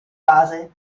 base